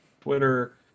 Twitter